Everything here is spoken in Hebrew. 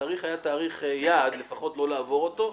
התאריך היה תאריך יעד, לפחות לא לעבור אותו.